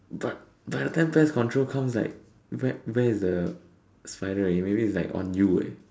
but by the time pest control comes like where where is the spider already okay maybe it's like on you eh